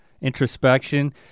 introspection